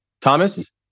Thomas